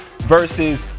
versus